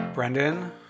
Brendan